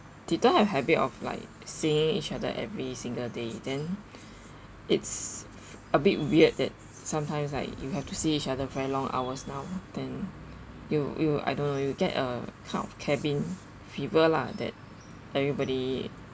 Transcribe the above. didn't have habit of like seeing each other every single day then it's a bit weird that sometimes like you have to see each other very long hours now then you you I don't know you get a kind of cabin fever lah that everybody